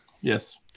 Yes